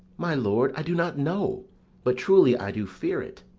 my lord, i do not know but truly i do fear it.